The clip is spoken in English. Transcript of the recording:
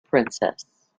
princess